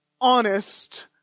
honest